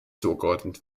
zugeordnet